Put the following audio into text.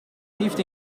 heeft